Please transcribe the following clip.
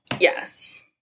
Yes